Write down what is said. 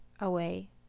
away